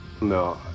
no